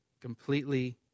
completely